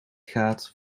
gaat